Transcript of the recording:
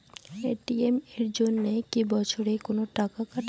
ATM এর জন্যে কি বছরে কোনো টাকা কাটে?